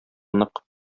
нык